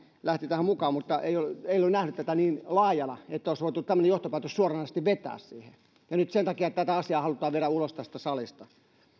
lähti tähän mukaan mutta ei ei ole nähnyt tätä niin laajana että olisi voitu tämmöinen johtopäätös suoranaisesti vetää ja nyt sen takia tätä asiaa halutaan viedä ulos tästä salista